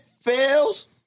fails